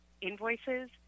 invoices